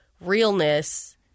realness